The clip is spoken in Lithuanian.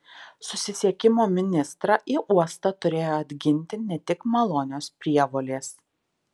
susisiekimo ministrą į uostą turėjo atginti ne tik malonios prievolės